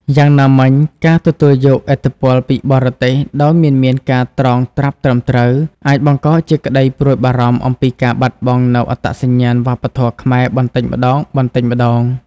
យ៉ាងណាមិញ ការទទួលយកឥទ្ធិពលពីបរទេសដោយមិនមានការត្រងត្រាប់ត្រឹមត្រូវ អាចបង្កជាក្តីព្រួយបារម្ភអំពីការបាត់បង់នូវអត្តសញ្ញាណវប្បធម៌ខ្មែរបន្តិចម្តងៗ។